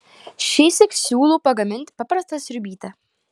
šįsyk siūlau pagaminti paprastą sriubytę